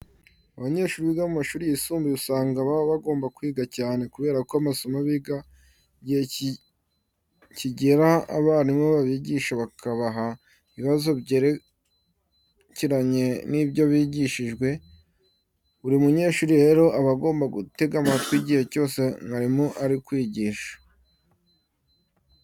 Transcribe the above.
Abanyeshuri biga mu mashuri yisumbuye, usanga baba bagomba kwiga cyane kubera ko amasomo biga igihe kijya kigera abarimu babigisha bakabaha ibibazo byerekeranye n'ibyo bigishijweho. Buri munyeshuri rero, aba agomba gutega amatwi igihe cyose mwarimu ari kwigisha.